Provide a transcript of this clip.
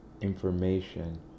information